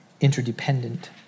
interdependent